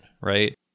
right